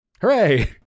Hooray